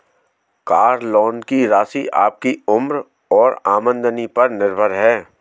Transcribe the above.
car loan की राशि आपकी उम्र और आमदनी पर निर्भर है